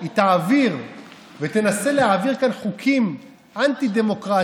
היא תעביר ותנסה להעביר כאן חוקים אנטי-דמוקרטיים,